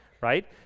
right